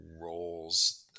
roles